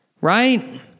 right